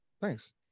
thanks